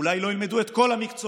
אולי לא ילמדו את כל המקצועות,